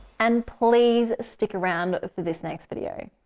and please stick around for this next video.